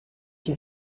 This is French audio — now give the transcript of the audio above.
ils